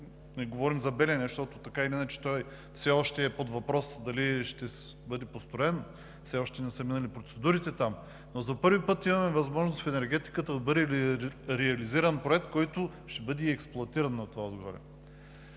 не говорим за Белене, защото така или иначе той все е под въпрос, дали ще бъде построен, все още не са минали процедурите там, но за първи път имаме възможност в енергетиката да бъде реализиран проект, който ще бъде и експлоатиран на това отгоре.